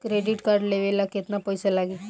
Credit card लेवे ला केतना पइसा लागी?